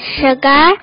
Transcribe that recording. sugar